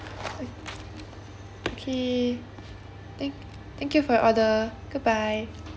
okay thank thank you for your order goodbye